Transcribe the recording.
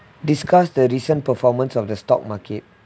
discuss the recent performance of the stock market